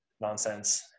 nonsense